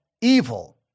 evil